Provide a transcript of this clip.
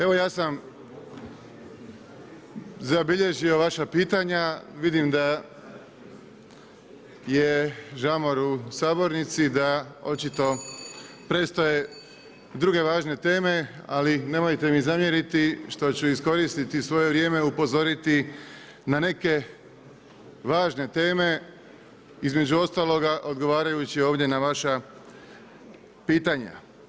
Evo, ja sam zabilježio vaša pitanja, vidim da je žamor u Sabornici, da očito predstoje druge važne teme ali nemojte mi zamjeriti što ću iskoristiti svoje vrijeme i upozoriti na neke važne teme između ostaloga odgovarajući ovdje na vaša pitanja.